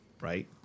right